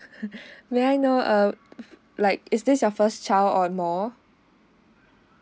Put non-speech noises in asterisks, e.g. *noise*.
*laughs* may I know err like is this your first child or more